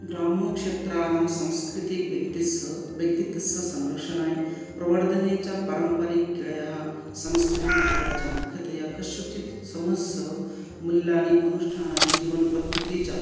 ग्राम्यक्षेत्राणां सांस्कृतिकव्यक्तेः व्यक्तित्वस्य संरक्षणाय प्रवर्धने च पारम्परिकक्रीडयाः सांस्कृतिकक्रीडाः च मुख्यतया कस्यचित् समस्या मूल्यानि अनुष्ठानानि जीवनपद्धतिः च